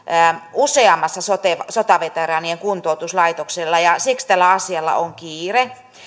useammassa sotaveteraanien kuntoutuslaitoksessa ja siksi tällä asialla on kiire